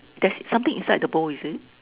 there's something inside the bowl is it